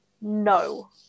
No